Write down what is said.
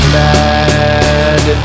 mad